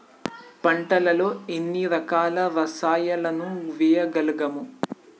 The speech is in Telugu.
పంటలలో ఎన్ని రకాల రసాయనాలను వేయగలము?